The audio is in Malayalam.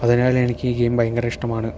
അതിനാൽ എനിക്ക് ഈ ഗെയിം ഭയങ്കര ഇഷ്ടമാണ്